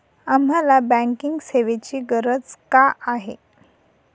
आम्हाला बँकिंग सेवेची गरज का आहे?